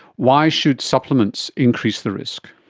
why should supplements increase the risk?